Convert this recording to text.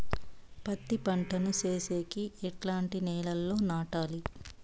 పత్తి పంట ను సేసేకి ఎట్లాంటి నేలలో నాటాలి?